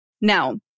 Now